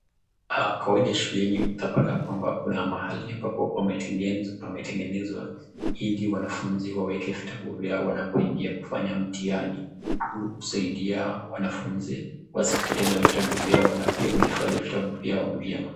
Kwa kawaida shuleni utapata kwamba kuna mahali ambapo pametengenezwa ili wanafunzi waweke vitabu vyao wanapoingia kufanya mtihani. Huu husaidia wanafunzi wasipoteze vitabu vyao na pia huhifadhi vitabu vyao vyema.